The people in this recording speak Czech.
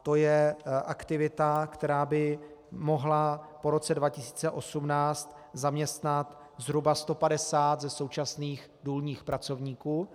To je aktivita, která by mohla po roce 2018 zaměstnat zhruba 150 ze současných důlních pracovníků.